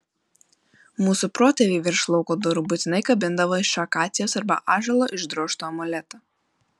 mūsų protėviai virš lauko durų būtinai kabindavo iš akacijos arba ąžuolo išdrožtą amuletą